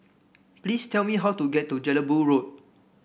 please tell me how to get to Jelebu Road